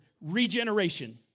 regeneration